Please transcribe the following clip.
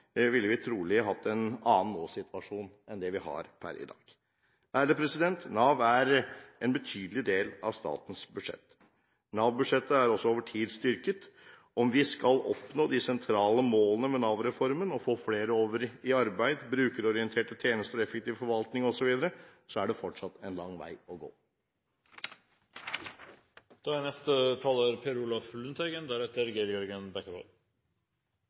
ville vi trolig hatt en annen nåsituasjon enn vi har per i dag. Nav utgjør en betydelig del av statens budsjett. Nav-budsjettet er over tid også styrket. Om vi skal oppnå de sentrale målene med Nav-reformen; få flere over i arbeid, brukerorienterte tjenester, effektiv forvaltning osv., er det fortsatt en lang vei å